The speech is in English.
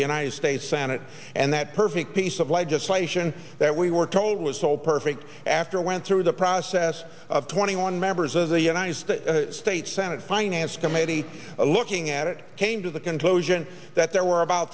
a united states senate and that perfect piece of legislation that we were told was so perfect after went through the process of twenty one members of the united states senate finance committee looking at it came to the conclusion that there were about